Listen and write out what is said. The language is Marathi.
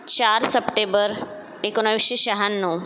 चार सप्टेबर एकोणावीसशे शहाण्णव